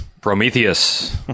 Prometheus